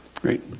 Great